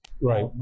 Right